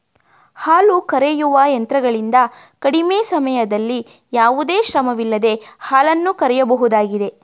ಹಾಲು ಕರೆಯುವ ಯಂತ್ರಗಳಿಂದ ಕಡಿಮೆ ಸಮಯದಲ್ಲಿ ಯಾವುದೇ ಶ್ರಮವಿಲ್ಲದೆ ಹಾಲನ್ನು ಕರೆಯಬಹುದಾಗಿದೆ